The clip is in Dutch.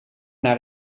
naar